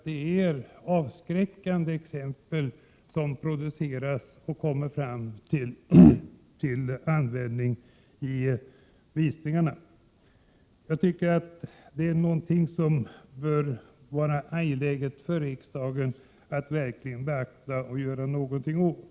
det är avskräckande exempel som produceras. Detta är något som det borde hetsförordningen vara angeläget för riksdagen att verkligen beakta och göra någonting åt.